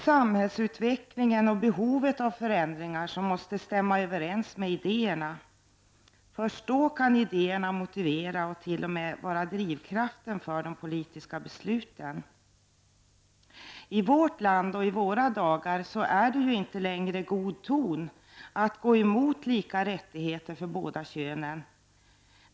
Samhällsutvecklingen, behovet av förändringar, måste stämma överens med idéerna. Först då kan idéerna motivera och t.o.m. vara drivkraften för politiska beslut. I vårt land och i våra dagar är det inte längre god ton att gå emot lika rättigheter för båda könen.